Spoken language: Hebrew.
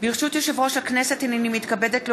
ברשות יושב-ראש הכנסת, הינני מתכבדת להודיעכם,